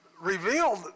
revealed